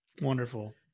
Wonderful